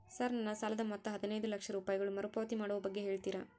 Sir ನನ್ನ ಸಾಲದ ಮೊತ್ತ ಹದಿನೈದು ಲಕ್ಷ ರೂಪಾಯಿಗಳು ಮರುಪಾವತಿ ಮಾಡುವ ಬಗ್ಗೆ ಹೇಳ್ತೇರಾ?